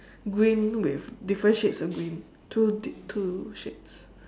green with different shades of green two di~ two shades